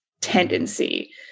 tendency